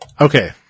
Okay